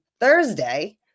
Thursday